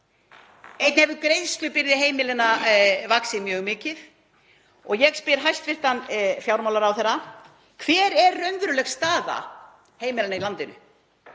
einnig hefur greiðslubyrði heimilanna vaxið mjög mikið. Ég spyr hæstv. fjármálaráðherra: Hver er raunveruleg staða heimilanna í landinu?